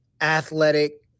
athletic